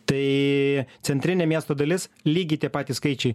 tai centrinė miesto dalis lygiai tie patys skaičiai